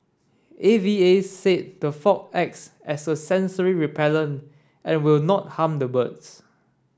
A V A said the fog acts as a sensory repellent and will not harm the birds